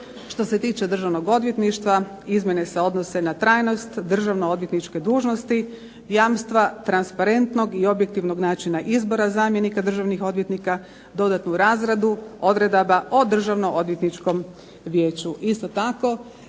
Što se tiče Državnog odvjetništva izmjene se odnose na trajnost državnoodvjetničke dužnosti, jamstva transparentnog i objektivnog načina izbora zamjenika državnih odvjetnika, dodatnu razradu odredaba o Državno-odvjetničkom vijeću.